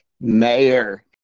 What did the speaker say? Mayor